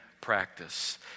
practice